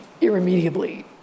irremediably